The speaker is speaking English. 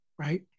right